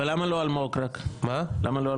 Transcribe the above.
קביעת ועדה לדיון בהצעת חוק העונשין (תיקון - הגדרת איום),